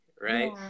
right